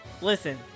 Listen